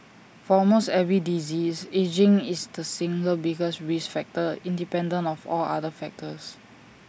for almost every disease ageing is the single biggest risk factor independent of all other factors